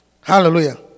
Hallelujah